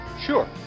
Sure